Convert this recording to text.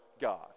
God